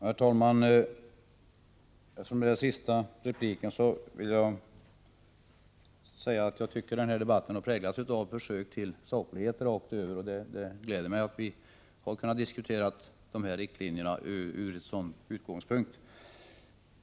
Herr talman! Eftersom det här är den sista repliken vill jag säga att debatten helt har präglats av försök till saklighet. Det gläder mig att vi har kunnat diskutera riktlinjerna på detta sätt.